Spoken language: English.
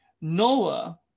Noah